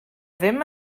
ddim